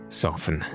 soften